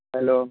hello